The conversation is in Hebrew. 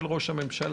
של ראש הממשלה,